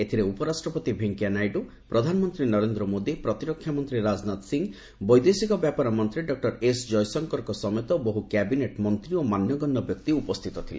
ଏଥିରେ ଉପରାଷ୍ଟ୍ରପତି ଭେଙ୍କିୟାନାଇଡ଼ୁ ପ୍ରଧାନମନ୍ତ୍ରୀ ନରେନ୍ଦ୍ର ମୋଦୀ ପ୍ରତିରକ୍ଷାମନ୍ତ୍ରୀ ରାଜନାଥ ସିଂ ବୈଦେଶିକ ବ୍ୟାପାର ମନ୍ତ୍ରୀ ଡକ୍ଟର ଏସ୍ଜୟଶଙ୍କରଙ୍କ ସମେତ ବହୁ କ୍ୟାବିନେଟ୍ ମନ୍ତ୍ରୀ ଓ ମାନ୍ୟଗଣ୍ୟ ବ୍ୟକ୍ତି ଉପସ୍ଥିତ ଥିଲେ